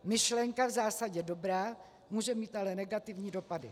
Myšlenka v zásadě dobrá, může mít ale negativní dopady.